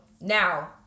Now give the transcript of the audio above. now